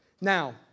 Now